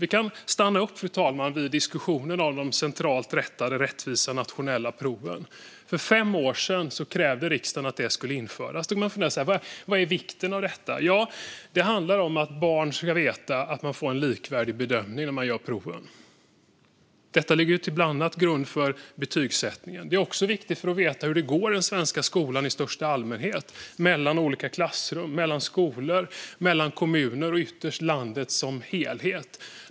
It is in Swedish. Vi kan stanna upp, fru talman, vid diskussionen om de centralt rättade rättvisa nationella proven. För fem år sedan krävde riksdagen att sådana skulle införas. Vad är då vikten av detta? Det handlar om att barn ska veta att man får en likvärdig bedömning när man gör proven. Detta ligger bland annat till grund för betygsättningen. Det är också viktigt för att veta hur det går i den svenska skolan i största allmänhet - mellan olika klassrum, mellan skolor, mellan kommuner och ytterst i landet som helhet.